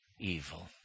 evil